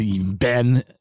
Ben